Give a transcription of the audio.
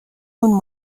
اون